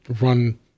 run